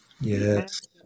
Yes